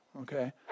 okay